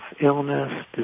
illness